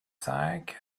cinq